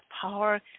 power